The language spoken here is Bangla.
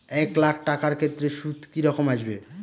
এক লাখ টাকার ক্ষেত্রে সুদ কি রকম আসবে?